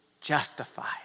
justified